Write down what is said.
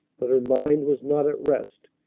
but her mind was not at rest.